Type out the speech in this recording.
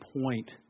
point